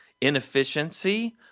Inefficiency